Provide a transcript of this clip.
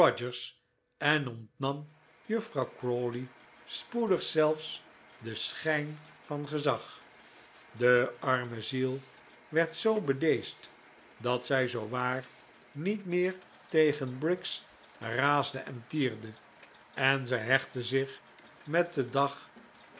en ontnam juffrouw crawley spoedig zelfs den schijn van gezag de arme ziel werd zoo bedeesd dat zij zoowaar niet meer tegen briggs raasde en tierde en zij hechtte zich met den dag